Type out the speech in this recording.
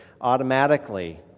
automatically